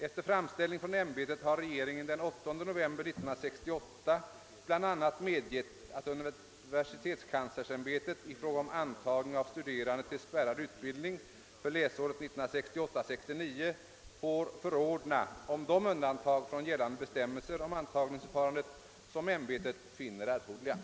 Efter framställning från ämbetet har regeringen den 8 november 1968 bl.a. medgett att universitetskanslersämbetet i fråga om antagning av studerande till spärrad utbildning för läsåret 1968/69 får förordna om de undantag från gällande bestämmelser om antagningsförfarandet som ämbetet finner erforderliga.